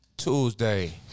Tuesday